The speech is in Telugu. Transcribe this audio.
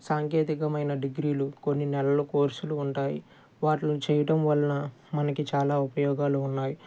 సాంకేతికమైన డిగ్రీలు కొన్ని నెలలు కోర్సులు ఉంటాయి వాటిని చేయడం వలన మనకి చాలా ఉపయోగాలు ఉన్నాయి